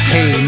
Hey